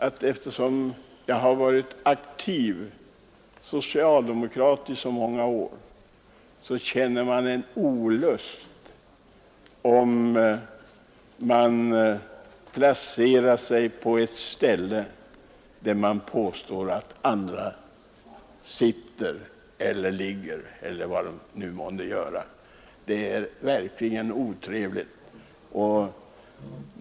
För en som i många år varit aktiv socialdemokrat känns det olustigt att reservationen placerar partiet på ett ställe där vi brukar klandra andra för att sitta, ligga eller vad de nu må göra. Det är verkligen otrevligt.